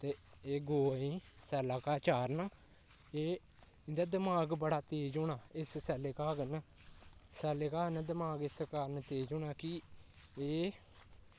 ते एह् गौऐं ई सै'ल्ला घाऽ चारना ते इं'दा दमाग बड़ा तेज होना इस सै'ल्ले घाऽ कन्नै सै'ल्ले घाऽ कन्नै दमाग इस कारण तेज होना की एह्